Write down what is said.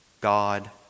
God